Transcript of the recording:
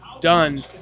done